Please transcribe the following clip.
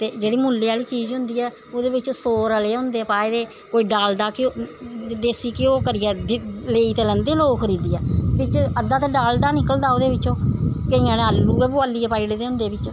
ते जेह्ड़ी मुल्लै आह्ली चीज होंदी ऐ ओह्दे बिच्च सौ रले होंदे पाए दे कोई डालडा देसी घ्यो करियै लेई ते लैंदे लोक खरीदियै बिच्च अद्धा ते डालडा निकलदा ओह्दे बिच्चों ते केइयें आलू गै बोआलियै पाई ओड़े दे होंदे बिच्च